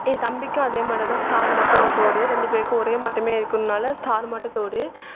என் தம்பிக்கும் அதே மாதிரிதான் ஸ்டார் மட்டும் ஒரு தோடு ரெண்டு பேருக்கும் ஒரே மாட்டம் இருக்கிறன்னால ஸ்டார் மட்டும் தோடு